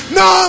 no